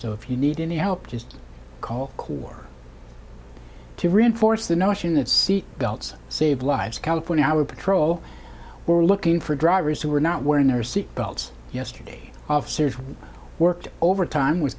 so if you need any help just call core to reinforce the notion that seat belts save lives california our patrol were looking for drivers who were not wearing their seat belts yesterday officers who worked overtime with